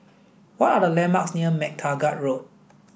what are the landmarks near MacTaggart Road